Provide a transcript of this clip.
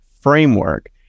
framework